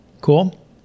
Cool